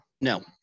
No